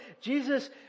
Jesus